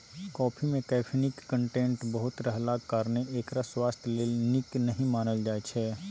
coffee मे कैफीनक content बहुत रहलाक कारणेँ एकरा स्वास्थ्य लेल नीक नहि मानल जाइ छै